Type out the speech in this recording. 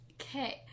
Okay